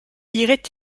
irait